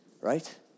Right